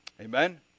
Amen